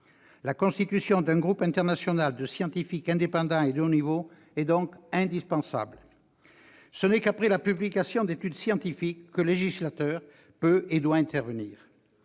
La constitution d'un groupe international de scientifiques indépendants et de haut niveau est donc indispensable. Ce n'est qu'après la publication d'études scientifiques que le législateur peut et doit intervenir.